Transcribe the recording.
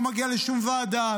לא מגיעה לשום ועדה.